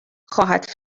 خواهد